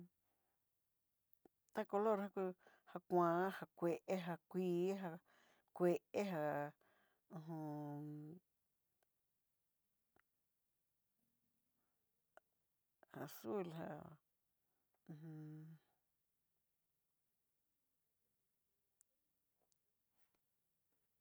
Ta color jan kú, ja kuan, jan kué, ja kuii, ja kué já, ho o on azul já hu ju